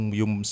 yung